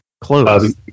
close